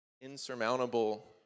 insurmountable